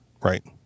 right